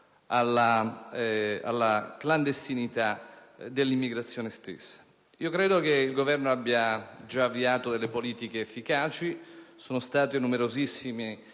alla clandestinità dell'immigrazione stessa. Io credo che il Governo abbia già avviato delle politiche efficaci: sono stati numerosissimi